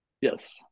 Yes